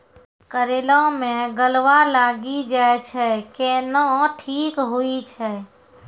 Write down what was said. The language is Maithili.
करेला मे गलवा लागी जे छ कैनो ठीक हुई छै?